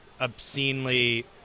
obscenely